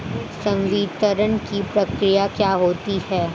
संवितरण की प्रक्रिया क्या होती है?